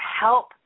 help